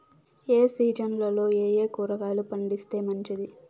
ఏ సీజన్లలో ఏయే కూరగాయలు పండిస్తే మంచిది